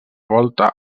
volta